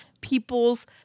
people's